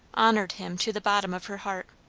honoured him to the bottom of her heart.